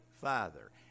father